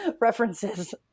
references